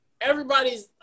everybody's